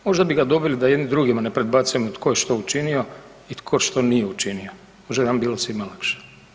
Možda bi ga dobili da jedni drugima ne predbacujemo tko je što učinio i tko što nije učinio, možda bi nam bilo svima lakše.